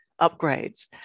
upgrades